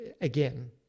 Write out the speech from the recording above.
Again